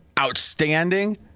outstanding